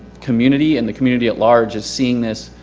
community and the community at large is seeing this.